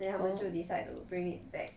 then 他们就 decide to bring it back